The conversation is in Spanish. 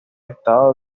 estado